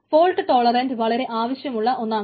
fault tolerant വളരെ ആവശ്യമുള്ള ഒന്നാണ്